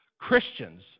Christians